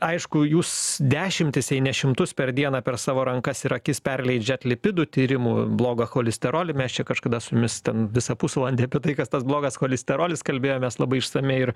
aišku jūs dešimtis jei ne šimtus per dieną per savo rankas ir akis perleidžiat lipidų tyrimų blogą cholisterolį mes čia kažkada su jumis ten visą pusvalandį apie tai kas tas blogas cholisterolis kalbėjomės labai išsamiai ir